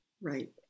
right